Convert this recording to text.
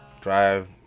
drive